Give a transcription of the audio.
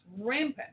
rampant